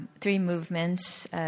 three-movements